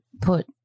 put